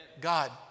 God